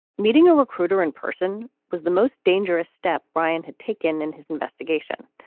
meeting a recruiter in person was the most dangerous step. brian had taken in his investigation.